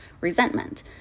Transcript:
resentment